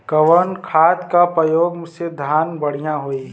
कवन खाद के पयोग से धान बढ़िया होई?